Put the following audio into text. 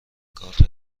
کارت